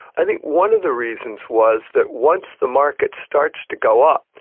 i think one of the reasons was that once the market starts to go up,